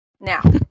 Now